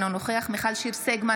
אינו נוכח מיכל שיר סגמן,